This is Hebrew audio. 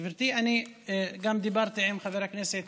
גברתי, אני דיברתי עם חבר הכנסת